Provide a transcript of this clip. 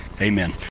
amen